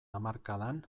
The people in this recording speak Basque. hamarkadan